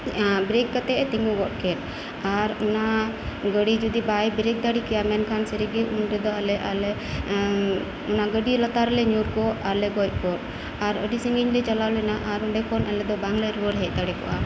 brake ᱠᱟᱛᱮᱫᱼᱮ ᱛᱤᱸᱜᱩ ᱜᱚᱫ ᱠᱮᱫ ᱟᱨ ᱚᱱᱟ ᱜᱟᱹᱰᱤ ᱡᱚᱫᱤ ᱵᱟᱭ ᱵᱨᱮᱹᱠ ᱫᱟᱲᱮᱠᱮᱭᱟ ᱢᱮᱱᱠᱷᱟᱱ ᱥᱟᱹᱨᱤᱜᱮ ᱩᱱᱨᱮᱫᱚ ᱟᱞᱮ ᱟᱞᱮ ᱚᱱᱟ ᱜᱟᱹᱰᱤ ᱞᱟᱛᱟᱨ ᱨᱮᱞᱮ ᱧᱩᱨ ᱠᱚᱜ ᱟᱨᱞᱮ ᱜᱚᱡ ᱠᱚᱜ ᱟᱨ ᱟᱹᱰᱤ ᱥᱟᱺᱜᱤᱧ ᱞᱮ ᱪᱟᱞᱟᱣ ᱞᱮᱱᱟ ᱟᱨ ᱚᱸᱰᱮᱠᱷᱚᱱ ᱟᱞᱮᱫᱚ ᱵᱟᱝᱞᱮ ᱨᱩᱣᱟᱹᱲ ᱦᱮᱡ ᱫᱟᱲᱮᱠᱚᱜᱼᱟ